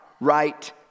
right